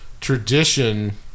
tradition